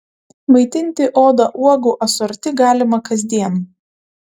maitinti odą uogų asorti galima kasdien